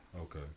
Okay